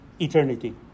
eternity